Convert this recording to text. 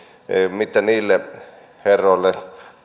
mitä niille herroille